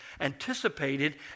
anticipated